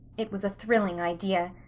it was a thrilling idea.